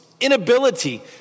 inability